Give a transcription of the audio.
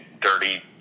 dirty